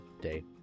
day